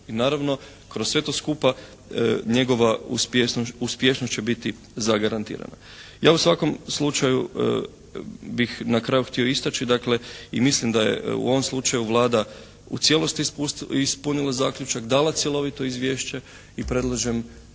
i naravno kroz sve to skupa njegova uspješnost će biti zagarantirana. Ja u svakom slučaju bih na kraju htio istaći dakle i mislim da je u ovom slučaju Vlada u cijelosti ispunila zaključak, dala cjelovito izvješće i predlažem